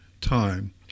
Time